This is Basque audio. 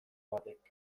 batek